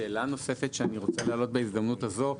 שאלה נוספת שאני רוצה להעלות בהזדמנות זאת.